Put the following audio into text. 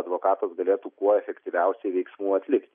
advokatas galėtų kuo efektyviausiai veiksmų atlikti